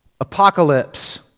apocalypse